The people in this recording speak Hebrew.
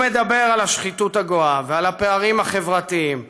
הוא מדבר על השחיתות הגואה ועל הפערים החברתיים,